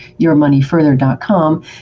yourmoneyfurther.com